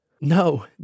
No